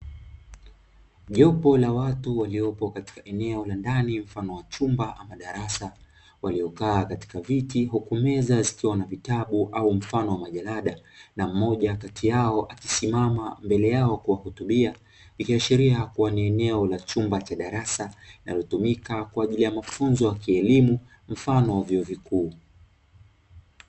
Jopo la watu waliopo katika eneo la ndani mfano wa chumba ama darasa waliokaa katika viti hukumeza zikiwa na vitabu au mfano wa majalada na mmoja kati yao akisimama mbele yao, kuwahudumia nikiashiria kuwa ni eneo la chumba cha darasa linalotumika kwa ajili ya mafunzo ya kielimu mfano wa vyuo vikuu.